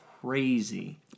crazy